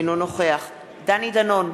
אינו נוכח דני דנון,